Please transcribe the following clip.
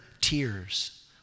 tears